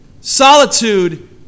solitude